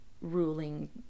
ruling